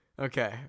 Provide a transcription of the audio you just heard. Okay